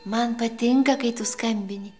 man patinka kai tu skambini